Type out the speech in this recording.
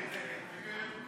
עברה.